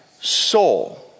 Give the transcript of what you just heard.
soul